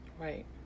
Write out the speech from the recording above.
Right